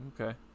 Okay